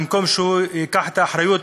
במקום שהוא ייקח את האחריות,